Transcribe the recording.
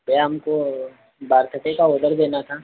भैया हमको birthday का ओडर देना था